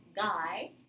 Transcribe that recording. guy